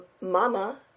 Mama